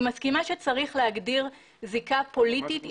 אני מסכימה שצריך להגדיר זיקה פוליטית,